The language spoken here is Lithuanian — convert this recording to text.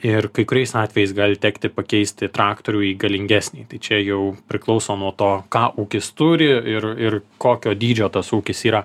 ir kai kuriais atvejais gali tekti pakeisti traktorių į galingesnį tai čia jau priklauso nuo to ką ūkis turi ir ir kokio dydžio tas ūkis yra